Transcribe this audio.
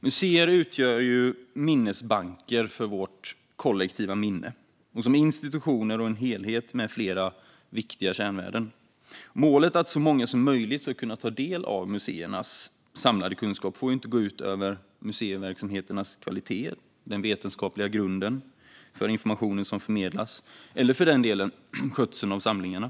Museer utgör minnesbanker för vårt kollektiva minne och är som institutioner en helhet med flera viktiga kärnvärden. Målet att så många som möjligt ska kunna ta del av museernas samlade kunskap får inte gå ut över museiverksamhetens kvalitet, den vetenskapliga grunden för informationen som förmedlas eller, för den delen, skötseln av samlingarna.